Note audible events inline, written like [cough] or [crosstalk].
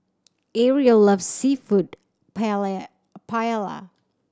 Areli loves Seafood [unintelligible] Paella